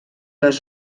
les